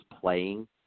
playing